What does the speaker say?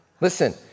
listen